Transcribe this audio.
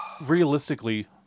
realistically